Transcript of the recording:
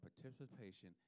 participation